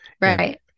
Right